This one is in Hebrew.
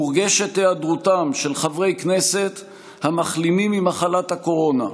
מורגשת היעדרותם של חברי כנסת המחלימים ממחלת הקורונה,